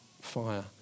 fire